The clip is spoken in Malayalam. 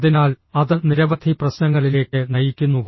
അതിനാൽ അത് നിരവധി പ്രശ്നങ്ങളിലേക്ക് നയിക്കുന്നു